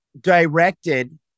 directed